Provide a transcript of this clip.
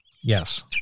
Yes